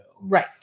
Right